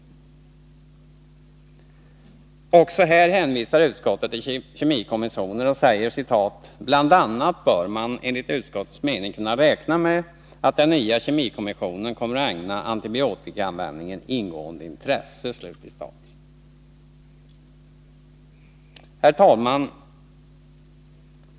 Också här hänvisar utskottet till kemikommissionen och skriver: ”BI. a. bör man enligt utskottets mening kunna räkna med att den nya kemikommissionen kommer att ägna antibiotikaanvändningen ingående intresse.” Herr talman!